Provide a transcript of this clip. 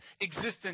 existence